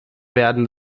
werden